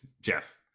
Jeff